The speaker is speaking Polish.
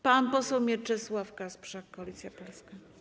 Pan poseł Mieczysław Kasprzak, Koalicja Polska.